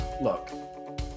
look